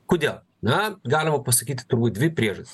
kodėl na galima pasakyt turbūt dvi priežas